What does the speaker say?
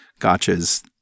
gotchas